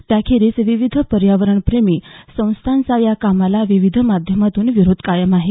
त्याखेरीज विविध पर्यावरणप्रेमी संस्थांचा या कामाला विविध माध्यमांतून विरोध कायम आहे